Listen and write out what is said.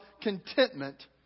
contentment